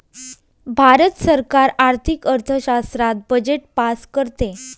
भारत सरकार आर्थिक अर्थशास्त्रात बजेट पास करते